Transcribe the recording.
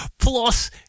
Plus